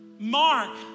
Mark